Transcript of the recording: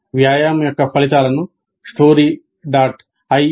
వ్యాయామం యొక్క ఫలితాలను story